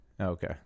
okay